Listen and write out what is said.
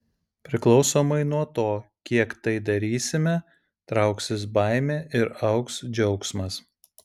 priklausomai nuo to kiek tai darysime trauksis baimė ir augs džiaugsmas